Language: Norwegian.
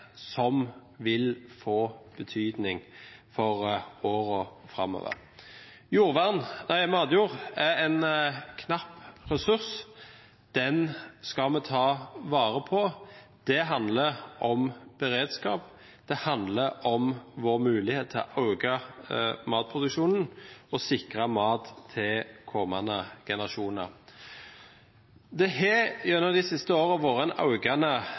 som vil få betydning for årene framover. Matjord er en knapp ressurs, den skal vi ta vare på. Det handler om beredskap, det handler om vår mulighet til å øke matproduksjonen og sikre mat til kommende generasjoner. Det har gjennom de siste årene vært en